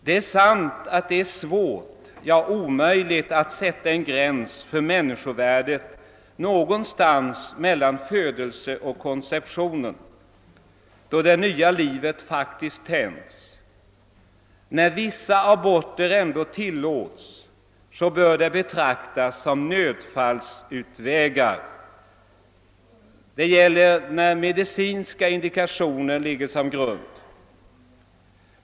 Det är sant att det är svårt, ja omöjligt att sätta en gräns för människovärdet någonstans mellan födelse och konception, då det nya livet faktiskt tänds. När vissa aborter ändå tillåts, bör det betraktas som undantagsfall. Det gäller när medicinska indikationer ligger som grund.